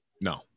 No